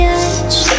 edge